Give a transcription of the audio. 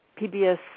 PBS